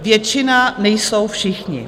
Většina nejsou všichni.